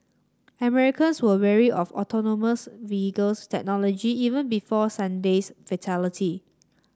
Americans were wary of autonomous vehicles technology even before Sunday's fatality